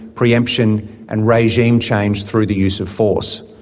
pre-emption and regime change through the use of force.